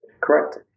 Correct